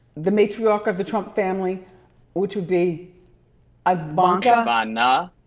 the matriarch of the trump family which would be ivanka? ivanna.